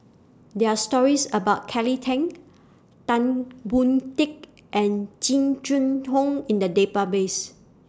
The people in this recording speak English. There Are stories about Kelly Tang Tan Boon Teik and Jing Jun Hong in The Database